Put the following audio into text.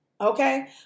Okay